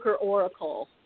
Oracle